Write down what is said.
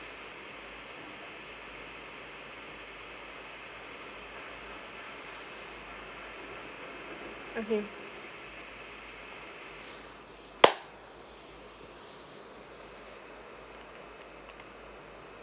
okay